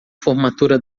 formatura